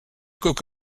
cook